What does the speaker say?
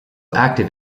active